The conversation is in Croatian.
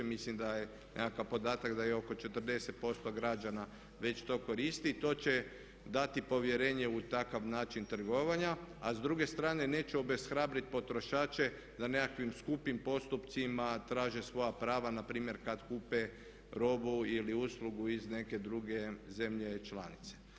Mislim da je nekakav podatak da je oko 40% građana to već koristi i to će dati povjerenje u takav način trgovanja, a s druge strane neće obeshrabriti potrošače za nekakvim skupim postupcima, traže svoja prava na primjer kad kupe robu ili uslugu iz neke druge zemlje članice.